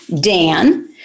Dan